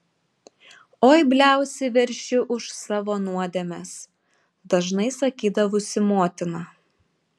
oi bliausi veršiu už savo nuodėmes dažnai sakydavusi motina